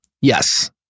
Yes